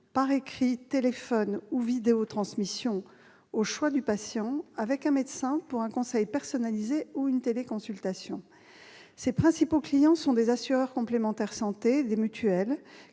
par écrit, téléphone ou vidéotransmission, suivant son choix, avec un médecin pour un conseil personnalisé ou une téléconsultation. Ses principaux clients sont des assureurs complémentaires santé et des mutuelles,